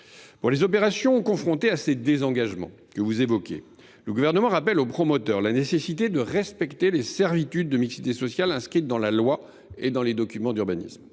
les opérations confrontées aux désengagements que vous évoquez, le Gouvernement rappelle aux promoteurs la nécessité de respecter les servitudes de mixité sociale inscrites dans la loi et dans les documents d’urbanisme.